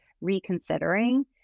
Reconsidering